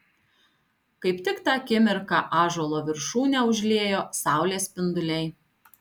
kaip tik tą akimirką ąžuolo viršūnę užliejo saulės spinduliai